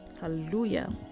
Hallelujah